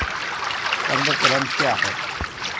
बंधक ऋण क्या है?